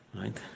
right